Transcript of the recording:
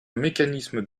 mécanisme